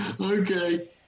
Okay